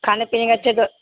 کھے پینے کا چے تو